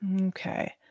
okay